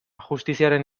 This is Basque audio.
justiziaren